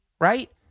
right